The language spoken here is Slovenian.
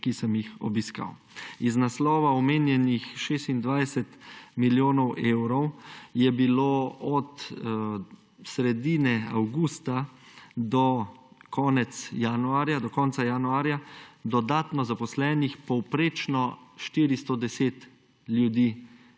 ki sem jih obiskal. Iz naslova omenjenih 26 milijonov evrov je bilo od sredine avgusta do konca januarja dodatno zaposlenih, povprečno, 410 ljudi